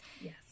Yes